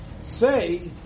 say